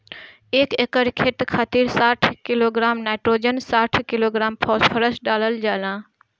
एक एकड़ खेत खातिर साठ किलोग्राम नाइट्रोजन साठ किलोग्राम फास्फोरस डालल जाला?